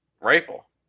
rifle